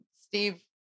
Steve